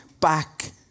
back